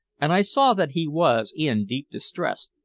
and i saw that he was in deep distress,